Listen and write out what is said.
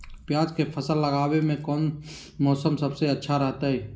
प्याज के फसल लगावे में कौन मौसम सबसे अच्छा रहतय?